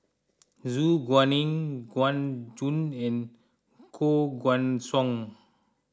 Su Guaning Gu Juan and Koh Guan Song